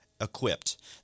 equipped